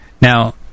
Now